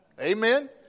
Amen